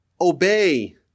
obey